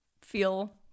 feel